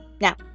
Now